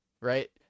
Right